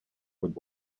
would